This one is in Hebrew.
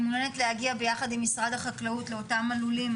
אני מעוניינת להגיע ביחד עם משרד החקלאות לאותם הלולים,